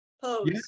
pose